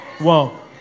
whoa